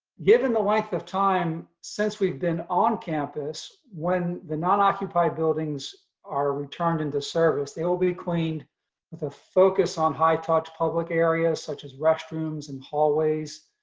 given the length of time since we've been on campus, when the not occupied buildings are returned into service, they will be cleaned with a focus on high touch public areas, such as restrooms and hallways,